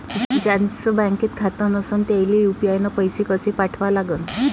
ज्याचं बँकेत खातं नसणं त्याईले यू.पी.आय न पैसे कसे पाठवा लागन?